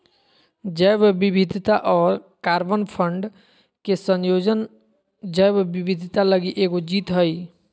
जैव विविधता और कार्बन फंड के संयोजन जैव विविधता लगी एगो जीत हइ